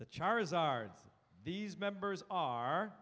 the charges are these members are